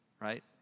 right